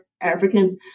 Africans